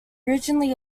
originally